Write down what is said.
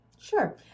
sure